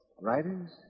Writers